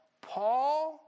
Paul